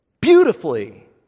beautifully